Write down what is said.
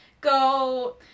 Go